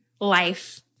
life